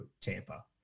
Tampa